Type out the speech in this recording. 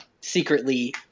secretly